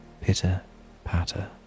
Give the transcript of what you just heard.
pitter-patter